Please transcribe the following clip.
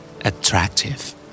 Attractive